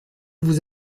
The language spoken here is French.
vous